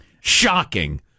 Shocking